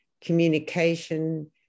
communication